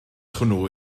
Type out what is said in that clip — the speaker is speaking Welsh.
hwnnw